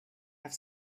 have